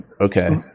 Okay